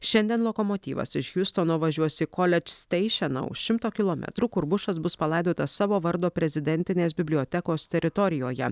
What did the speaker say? šiandien lokomotyvas iš hiustono važiuos į koledž steišenau už šimto kilometrų kur bušas bus palaidotas savo vardo prezidentinės bibliotekos teritorijoje